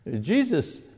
Jesus